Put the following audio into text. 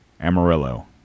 Amarillo